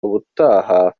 ubutaha